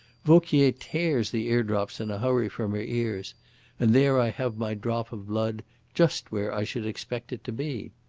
vauquier tears the eardrops in a hurry from her ears and there i have my drop of blood just where i should expect it to be.